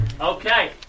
Okay